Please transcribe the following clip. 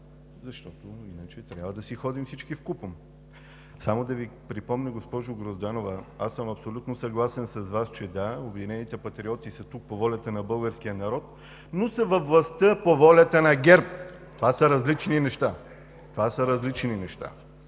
защото иначе трябва да си ходим всички вкупом. Само да Ви припомня, госпожо Грозданова, аз съм абсолютно съгласен с Вас, че – да, „Обединени патриоти“ са тук по волята на българския народ, но са във властта по волята на ГЕРБ! Това са различни неща! Това са различни неща